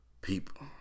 people